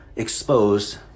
Exposed